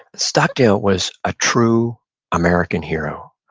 stockdale was a true american hero.